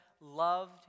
loved